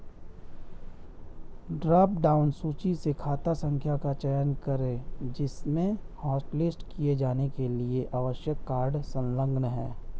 drop down सूची से खाता संख्या का चयन करें जिसमें हॉटलिस्ट किए जाने के लिए आवश्यक कार्ड संलग्न है